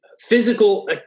physical